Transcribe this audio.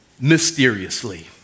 mysteriously